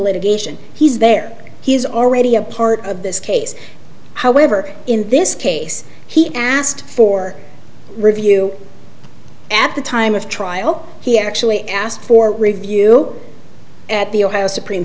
litigation he's there he is already a part of this case however in this case he asked for review at the time of trial he actually asked for review at the ohio supreme